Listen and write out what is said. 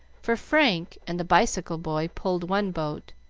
for frank and the bicycle boy pulled one boat,